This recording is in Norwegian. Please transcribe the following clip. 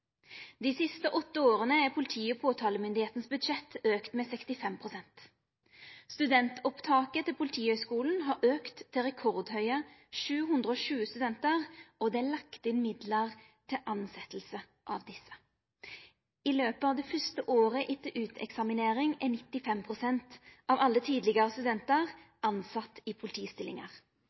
Dei siste åtte åra er politi- og påtalemakta sitt budsjett auka med 65 pst. Studentopptaket til Politihøgskulen har auka til rekordhøge 720 studentar, og det er lagt inn midlar til tilsetjing av desse. I løpet av det første året etter uteksaminering er 95 pst. av alle tidlegare studentar tilsette i politistillingar.